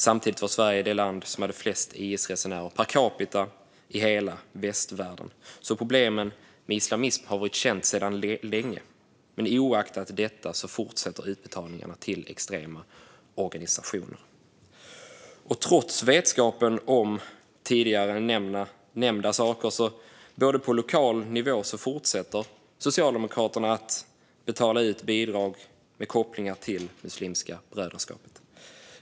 Samtidigt var Sverige det land som hade flest IS-resenärer per capita i hela västvärlden. Problemen med islamism har alltså varit kända sedan länge, men trots detta fortsätter utbetalningarna till extrema organisationer. Och trots vetskapen om tidigare nämnda saker på både nationell och lokal nivå fortsätter Socialdemokraterna att betala ut bidrag till organisationer med kopplingar till Muslimska brödraskapet.